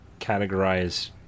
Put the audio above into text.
categorize